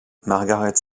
margaret